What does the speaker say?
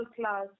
class